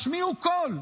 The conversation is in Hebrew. השמיעו קול,